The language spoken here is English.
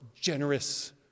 generous